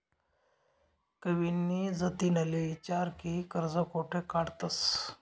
कविनी जतिनले ईचारं की कर्ज कोठे काढतंस